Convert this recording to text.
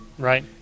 Right